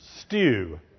Stew